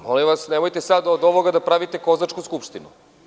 Molim vas, nemojte sad od ovoga da pravite kozačku skupštinu.